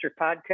Podcast